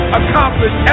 accomplish